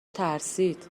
ترسید